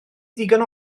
ddigon